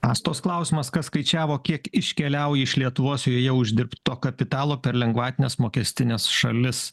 astos klausimas kas skaičiavo kiek iškeliauja iš lietuvos joje uždirbto kapitalo per lengvatines mokestines šalis